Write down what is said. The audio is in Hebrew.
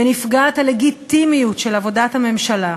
ונפגעת הלגיטימיות של עבודת הממשלה.